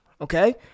okay